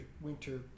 winter